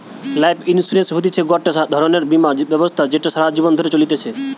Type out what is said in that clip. life insurance হতিছে গটে ধরণের বীমা ব্যবস্থা যেটা সারা জীবন ধরে চলতিছে